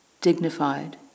dignified